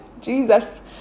Jesus